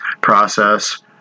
process